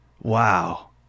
Wow